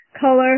color